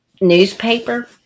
newspaper